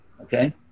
Okay